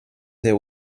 der